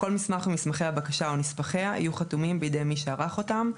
כל מסמך ממסמכי הבקשה או נספחיה יהיו חתומים בידי מי שערך אותם.